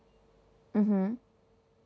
mm hmm